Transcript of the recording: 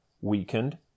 weakened